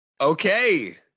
Okay